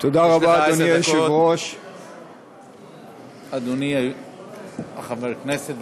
יש לך עשר דקות, אדוני חבר הכנסת.